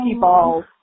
balls